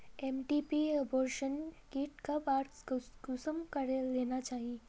MTP abortion kit कब आर कुंसम करे लेना चही?